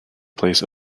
place